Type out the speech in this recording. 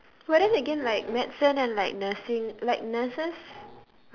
but then again like medicine and like nursing like nurses